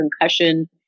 concussion